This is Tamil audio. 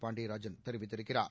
பாண்டியராஜன் தெரிவித்திருக்கிறார்